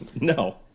No